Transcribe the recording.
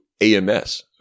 AMS